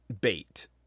bait